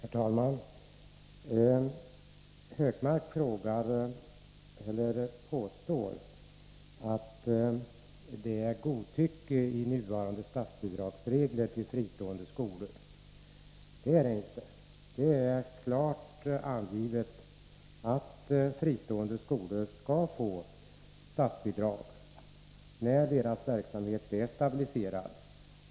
Herr talman! Gunnar Hökmark påstår att nuvarande regler för statsbidraget till fristående skolor är godtyckliga. Det är inte så. Det är klart angivet att fristående skolor skall erhålla statsbidrag när deras verksamhet är stabiliserad.